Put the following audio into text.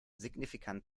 signifikant